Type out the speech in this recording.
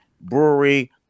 brewery